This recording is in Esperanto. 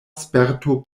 sperto